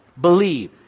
Believe